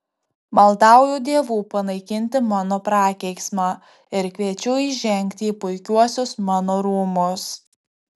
maldauju dievų panaikinti mano prakeiksmą ir kviečiu įžengti į puikiuosius mano rūmus